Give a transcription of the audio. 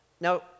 Now